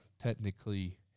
technically